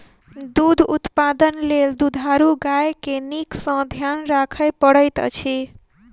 दूध उत्पादन लेल दुधारू गाय के नीक सॅ ध्यान राखय पड़ैत अछि